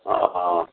हँ हँ